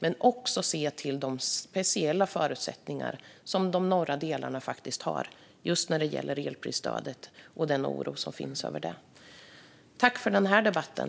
Man behöver dock också se till de speciella förutsättningar som de norra delarna har när det gäller just elprisstödet och den oro som finns över det. Tack för debatten!